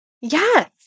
Yes